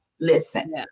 Listen